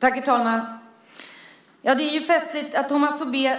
Herr talman! Det är festligt att Tomas Tobé